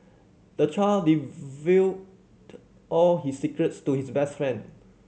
the child all his secrets to his best friend